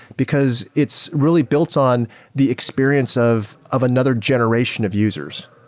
because it's really built on the experience of of another generation of users.